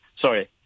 sorry